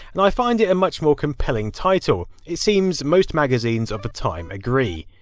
and i find it a much more compelling title. it seems most magazines of the time agree.